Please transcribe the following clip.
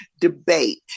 debate